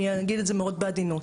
אני אגיד את זה מאוד בעדינות.